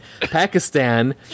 Pakistan